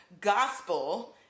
gospel